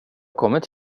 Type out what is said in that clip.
kommit